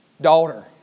daughter